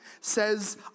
says